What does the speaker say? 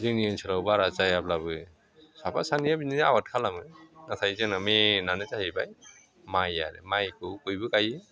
जोंनि ओनसोलाव बारा जायाब्लाबो साफा सानैया बिदिनो आबाद खालामो नाथाय जोंना मैनआनो जाहैबाय माइ आरो माइखौ बयबो गायो